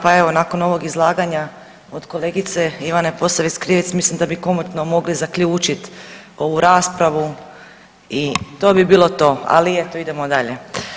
Pa evo nakon ovog izlaganja od kolegice Ivane Posavec Krivec mislim da bi komotno mogli zaključit ovu raspravu i to bi bilo to, ali eto idemo dalje.